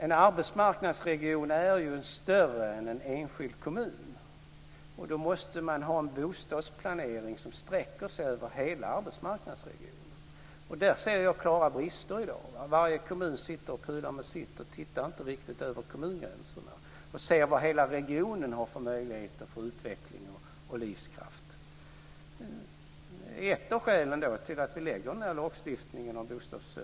En arbetsmarknadsregion är ju större än en enskild kommun. Då måste man ha en bostadsplanering som sträcker sig över hela arbetsmarknadsregionen. Där ser jag klara brister i dag. Varje kommun sitter och pular med sitt. Man tittar inte riktigt över kommungränserna och ser vad hela regionen har för möjligheter till utveckling och livskraft. Det är ett av skälen till att vi lägger fram förslag om den här lagen när det gäller bostadsförsörjning.